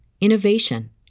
innovation